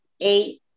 eight